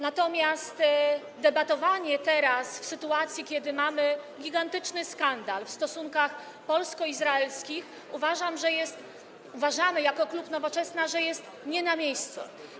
Natomiast debatowanie teraz, w sytuacji kiedy mamy gigantyczny skandal w stosunkach polsko-izraelskich - tak uważam, uważamy jako klub Nowoczesna - jest nie na miejscu.